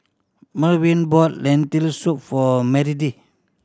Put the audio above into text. Merwin brought Lentil Soup for Meredith